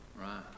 Right